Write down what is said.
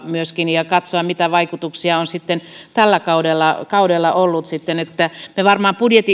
myöskin jatkua ja pitäisi katsoa mitä vaikutuksia on tällä kaudella kaudella ollut me varmaan budjetin